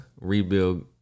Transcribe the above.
rebuild